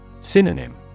Synonym